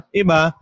iba